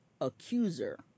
accuser